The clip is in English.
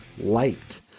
liked